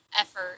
effort